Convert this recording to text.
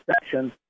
section